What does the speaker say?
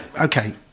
Okay